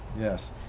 yes